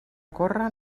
corre